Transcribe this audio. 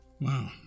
Wow